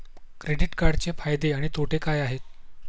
Credit कार्डचे फायदे आणि तोटे काय आहेत?